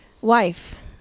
wife